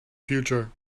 future